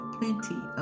plenty